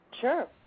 Sure